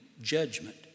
judgment